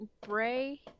Bray